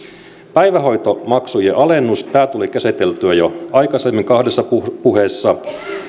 päivähoitomaksujen alennus tämä tuli käsiteltyä jo aikaisemmin kahdessa puheessa